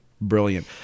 brilliant